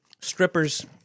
strippers